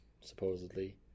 Supposedly